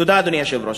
תודה, אדוני היושב-ראש.